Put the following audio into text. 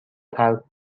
ترک